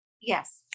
Yes